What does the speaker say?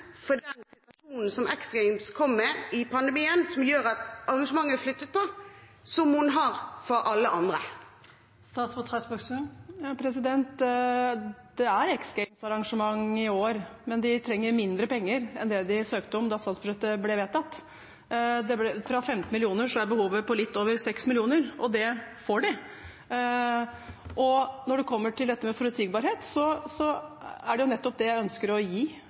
situasjonen som X Games kom i under pandemien, og som gjør at arrangementet blir flyttet på, som hun har for alle andre? Det er X Games-arrangement i år, men de trenger mindre penger enn det de søkte om da statsbudsjettet ble vedtatt. Fra tidligere 15 mill. kr er behovet nå på litt over 6 mill. kr, og det får de. Når det gjelder dette med forutsigbarhet, er det nettopp det jeg ønsker å gi